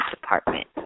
department